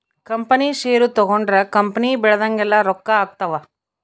company share ತಗೊಂಡ್ರ company ಬೆಳ್ದಂಗೆಲ್ಲ ರೊಕ್ಕ ಆಗ್ತವ್